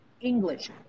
English